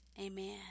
amen